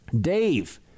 Dave